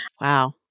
wow